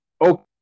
Okay